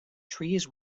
trees